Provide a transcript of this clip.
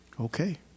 okay